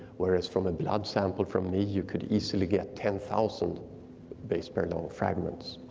whereas from a blood sample from me, you could easily get ten thousand base pair long fragments.